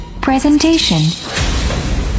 presentation